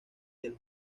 del